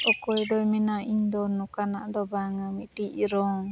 ᱚᱠᱚᱭ ᱫᱚᱭ ᱢᱮᱱᱟ ᱤᱧᱫᱚ ᱱᱚᱝᱠᱟᱱᱟᱜ ᱫᱚ ᱵᱟᱝᱟ ᱢᱤᱫᱴᱤᱡ ᱨᱚᱝ